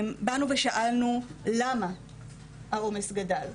באנו ושאלנו "למה העומס גדל?",